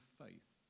faith